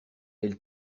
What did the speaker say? elle